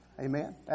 Amen